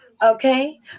Okay